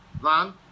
van